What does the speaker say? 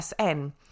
SN